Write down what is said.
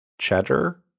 cheddar